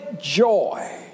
joy